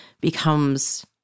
becomes